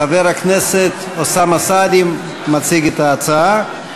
חבר הכנסת אוסאמה סעדי מציג את ההצעה.